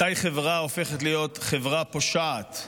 מתי חברה הופכת להיות חברה פושעת?